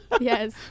yes